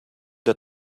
der